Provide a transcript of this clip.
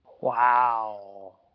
Wow